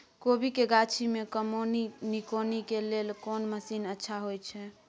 कोबी के गाछी में कमोनी निकौनी के लेल कोन मसीन अच्छा होय छै?